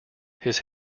his